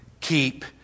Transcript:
Keep